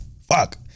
fuck